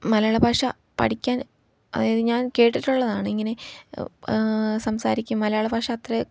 മലയാള ഭാഷ പഠിക്കാൻ അതായത് ഞാൻ കേട്ടിട്ടുള്ളതാണ് ഇങ്ങനെ സംസാരിക്കും മലയാള ഭാഷ അത്ര